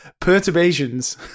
perturbations